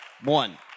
One